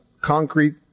concrete